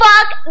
Fuck